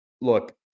look